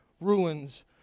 ruins